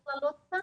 כן.